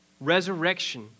Resurrection